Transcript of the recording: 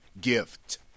Gift